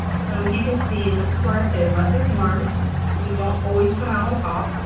so you can see and this is where i say lessons learned we don't always come out on top.